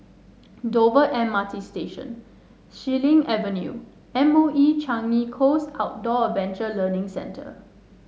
Dover M R T Station Xilin Avenue and M O E Changi Coast Outdoor Adventure Learning Centre